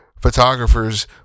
photographers